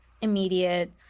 immediate